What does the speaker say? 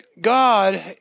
God